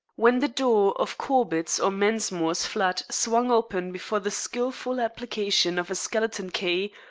when the door of corbett's or mensmore's flat swung open before the skilful application of a skeleton key,